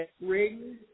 ring